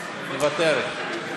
מוותרת.